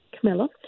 Camilla